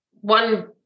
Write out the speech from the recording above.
one